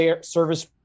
service